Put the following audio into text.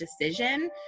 decision